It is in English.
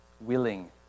Willing